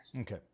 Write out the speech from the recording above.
Okay